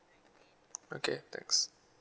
okay thanks